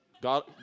God